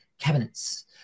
cabinets